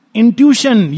intuition